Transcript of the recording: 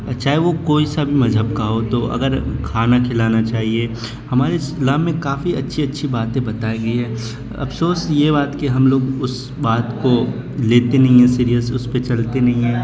چاہے وہ کوئی سا بھی مذہب کا ہو تو اگر کھانا کھلانا چاہیے ہمارے اسلام میں کافی اچھی اچھی باتیں بتائی گئی ہیں افسوس یہ بات کہ ہم لوگ اس بات کو لیتے نہیں ہیں سیریئس اس پہ چلتے نہیں ہیں